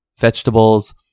vegetables